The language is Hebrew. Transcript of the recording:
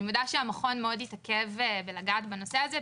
אני מבינה שהמכון מאוד התעכב מנגיעה בנושא הזה,